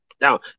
now